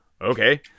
okay